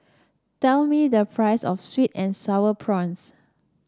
tell me the price of sweet and sour prawns